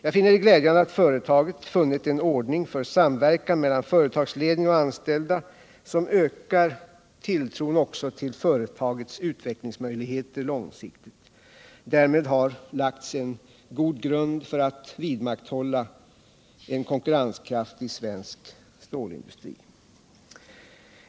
Jag finner det glädjande att företaget funnit en ordning för samverkan mellan företagsledning och anställda som ökar tilltron också till företagets utvecklingsmöjligheter långsiktigt. Därmed har lagts en god grund för att vidmakthålla en konkurrenskraftig svensk stålindustri.